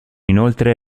inoltre